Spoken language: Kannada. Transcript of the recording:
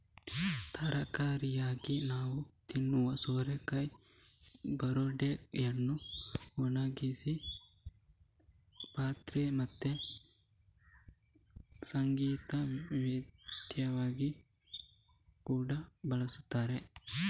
ತರಕಾರಿಯಾಗಿ ನಾವು ತಿನ್ನುವ ಸೋರೆಕಾಯಿ ಬುರುಡೆಯನ್ನ ಒಣಗಿಸಿ ಪಾತ್ರೆ ಮತ್ತೆ ಸಂಗೀತ ವಾದ್ಯವಾಗಿ ಕೂಡಾ ಬಳಸ್ತಾರೆ